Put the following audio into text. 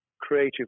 creative